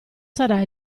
sarà